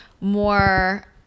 more